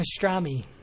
pastrami